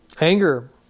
Anger